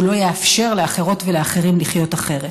והוא לא יאפשר לאחרות ולאחרים לחיות אחרת.